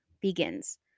begins